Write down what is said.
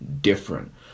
different